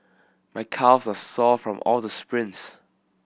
my calves are sore from all the sprints